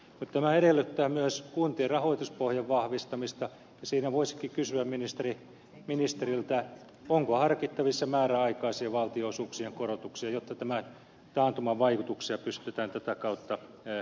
mutta tämä edellyttää myös kuntien rahoituspohjan vahvistamista ja siinä voisikin kysyä ministeriltä onko harkittavissa määräaikaisia valtionosuuksien korotuksia jotta tämän taantuman vaikutuksia pystytään tätä kautta korjaamaan